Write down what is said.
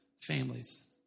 families